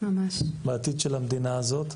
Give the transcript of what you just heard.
בעתיד של המדינה הזאת,